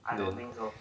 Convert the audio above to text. then